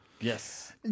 Yes